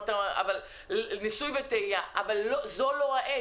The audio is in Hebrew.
אבל לא זו העת לכך.